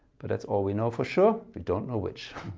but that's all we know for sure, we don't know which.